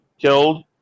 killed